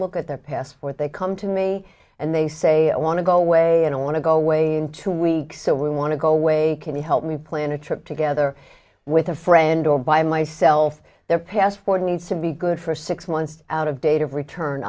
look at their passport they come to me and they say i want to go away i don't want to go away in two weeks so we want to go away can you help me plan a trip together with a friend or by myself their passport needs to be good for six months out of date of return